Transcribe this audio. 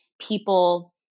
people